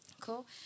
Cool